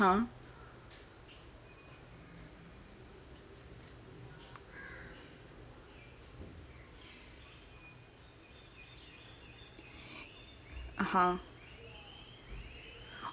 (uh huh) (uh huh)